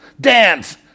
dance